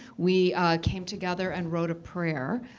we came together and wrote a prayer,